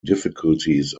difficulties